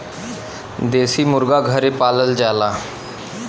देसी मुरगा घरे पालल जाला